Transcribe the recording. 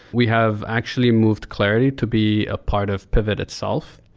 we have actually moved clarity to be a part of pivot itself,